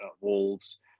Wolves